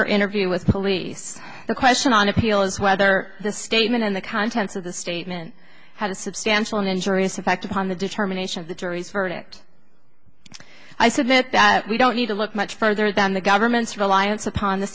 her interview with police the question on appeal is whether the statement in the contents of the statement had a substantial and injurious effect upon the determination of the jury's verdict i submit that we don't need to look much further than the government's reliance upon the